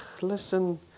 listen